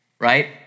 right